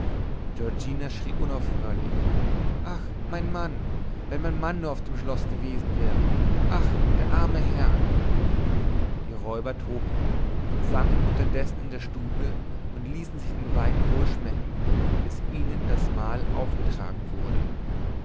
giorgina schrie unaufhörlich ach mein mann wenn mein mann nur auf dem schlosse gewesen wäre ach der arme herr die räuber tobten und sangen unterdessen in der stube und ließen sich den wein wohl schmecken bis ihnen das mahl aufgetragen wurde